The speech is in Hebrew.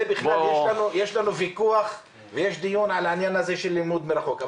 יש לנו ויכוח ודיון על העניין של לימוד מרחוק.